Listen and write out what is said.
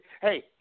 hey